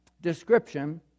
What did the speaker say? description